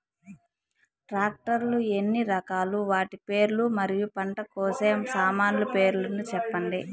Tractor లు ఎన్ని రకాలు? వాటి పేర్లు మరియు పంట కోసే సామాన్లు పేర్లను సెప్పండి?